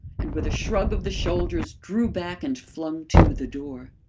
and with a shrug of the shoulders drew back and flung to the door.